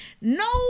No